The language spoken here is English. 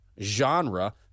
genre